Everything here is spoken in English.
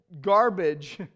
garbage